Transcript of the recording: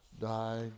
died